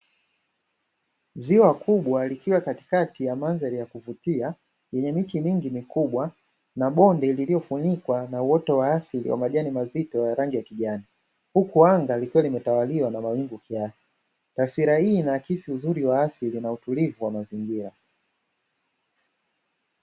Ziwa kubwa likiwa katikatia ya mandhari ya kuvutia yenye miti mingi mikubwa na bonde liliyofunikwa na uoto wa asili wa majani mazito ya rangi ya kijani, huku anga likiwa limetawaliwa na mawingu kiasi. Taswira hii inaakisi uzuri wa asili na utulivu wa mazingira.